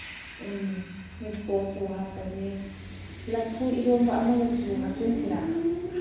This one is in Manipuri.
ꯎꯝ ꯃꯤꯛꯁꯄꯣꯁꯁꯨ ꯍꯥꯞꯄꯁꯦ ꯂꯐꯨ ꯏꯔꯣꯟꯕ ꯑꯃꯒꯁꯨ ꯍꯥꯞꯆꯤꯟꯁꯤꯔꯥ